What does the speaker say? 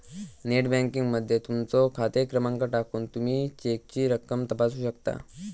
net banking मध्ये तुमचो खाते क्रमांक टाकून तुमी चेकची रक्कम तपासू शकता